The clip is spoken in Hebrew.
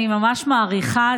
אני ממש מעריכה.